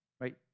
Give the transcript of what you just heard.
right